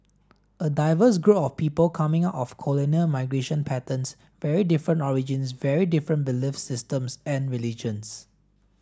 a diverse group of people coming of colonial migration patterns very different origins very different belief systems and religions